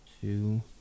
two